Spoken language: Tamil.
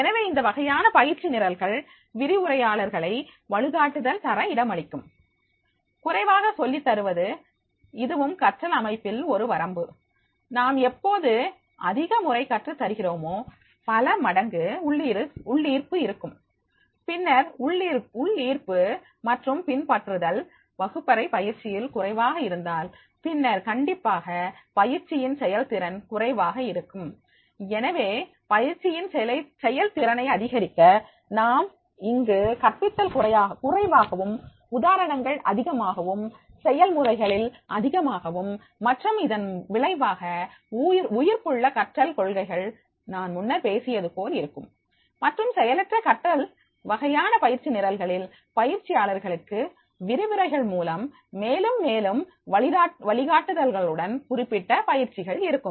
எனவே இந்த வகையான பயிற்சி நிரல்கள் விரிவுரையாளர்களை வழிகாட்டுதல் தர இடமளிக்கும் குறைவாக சொல்லித்தருவது இதுவும் கற்றல்அமைப்பில் ஒரு வரம்பு நாம் எப்போது அதிக முறை கற்றுத் தருகிறோமோ பல மடங்கு உள்ளீர்ப்பு இருக்கும் பின்னர் உள்ளீர்ப்பு மற்றும் பின்பற்றுதல் வகுப்பறை பயிற்சியில் குறைவாக இருந்தால் பின்னர் கண்டிப்பாக பயிற்சியின் செயல்திறன் குறைவாக இருக்கும் எனவே பயிற்சியின் செயல்திறனை அதிகரிக்க நாம் இங்கு கற்பித்தல் குறைவாகவும் உதாரணங்கள் அதிகமாகவும் செயல்முறைகளில் அதிகமாகவும் மற்றும் இதன் விளைவாக உயிர்ப்புள்ள கற்றல் கொள்கைகள் நான் முன்னர் பேசியது போல் இருக்கும் மற்றும் செயலற்ற கற்றல் வகையான பயிற்சி நிரல்களில் பயிற்சியாளர்களுக்கு விரிவுரைகள் மூலம் மேலும் மேலும் வழிகாட்டுதல்களுடன் குறிப்பிட்ட பயிற்சிகள் இருக்கும்